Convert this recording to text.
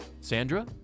Sandra